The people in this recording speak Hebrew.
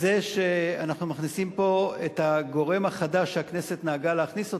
שאנחנו מכניסים פה את הגורם החדש שהכנסת נהגה להכניס אותו,